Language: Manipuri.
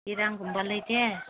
ꯏꯔꯥꯡꯒꯨꯝꯕ ꯂꯩꯇꯦ